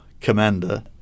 commander